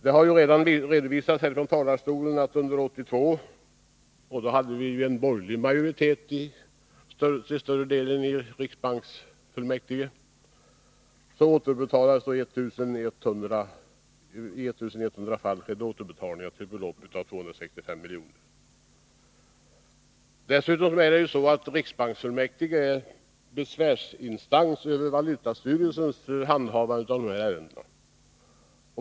Det har redan redovisats från talarstolen att under 1982 — då vi hade borgerlig majoritet i riksbanksfullmäktige — skedde återbetalning i 1 100 fall till ett belopp av 265 milj.kr. Dessutom är riksbanksfullmäktige besvärsinstans beträffande valutastyrelsens handhavande av de här ärendena.